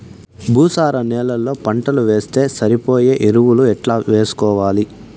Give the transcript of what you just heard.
భూసార నేలలో పంటలు వేస్తే సరిపోయే ఎరువులు ఎట్లా వేసుకోవాలి?